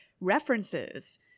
references